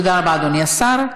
תודה רבה, אדוני השר.